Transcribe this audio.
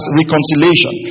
reconciliation